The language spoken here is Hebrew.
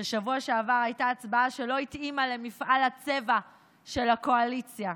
שבשבוע שעבר הייתה הצבעה שלא התאימה למפעל הצבע של הקואליציה.